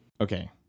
Okay